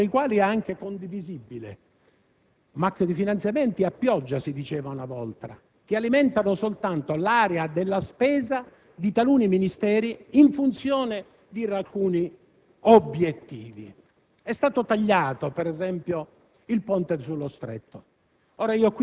si assiste ad una pioggia di finanziamenti, qualcuno dei quali è anche condivisibile, ma trattasi comunque di finanziamenti a pioggia (come si diceva una volta), che alimentano soltanto l'area della spesa di taluni Ministeri in funzione di alcuni obiettivi.